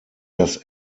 das